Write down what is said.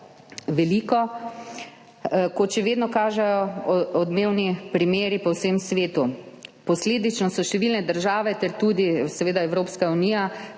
veliko, kot še vedno kažejo odmevni primeri po vsem svetu. Posledično so številne države ter tudi seveda Evropska unija